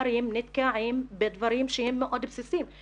הדברים נתקעים בדברים שהם מאוד בסיסיים.